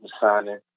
signing